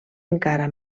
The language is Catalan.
encara